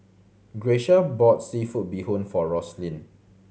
Grecia bought seafood bee hoon for Roslyn